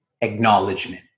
acknowledgement